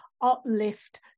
uplift